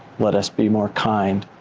let us be more kind.